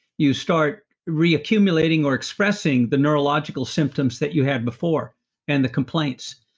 you start re-accumulating or expressing the neurological symptoms that you had before and the complaints.